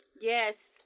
Yes